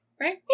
Right